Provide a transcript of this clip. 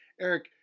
Eric